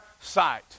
sight